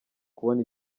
kubona